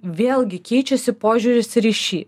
vėlgi keičiasi požiūris ir į šį